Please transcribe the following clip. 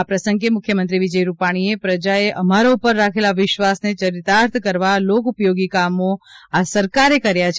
આ પ્રસંગે મુખ્યમંત્રી વિજય રૂપાણીએ પ્રજાએ અમારા ઉપર રાખેલા વિશ્વાસને ચરિત્રાર્થ કરવા લોકપયોગી કામો આ સરકારે કર્યા છે